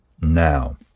Now